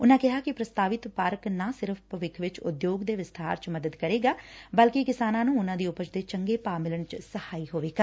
ਉਨ਼ਾਂ ਕਿਹਾ ਕਿ ਪ੍ਰਸਤਾਵਿਤ ਪਾਰਕ ਨਾ ਸਿਰਫ਼ ਭਵਿੱਖ ਵਿਚ ਉਦਯੋਗ ਦੇ ਵਿਸਬਾਰ ਚ ਮਦਦ ਕਰੇਗਾ ਬਲਕਿ ਕਿਸਾਨਾਂ ਨੂੰ ਉਨੂਾਂ ਦੀ ਉਪਜ ਦੇ ਚੰਗੇ ਭਾਅ ਮਿਲਣ ਵਿਚ ਸਹਾਈ ਹੋਵੇਗਾ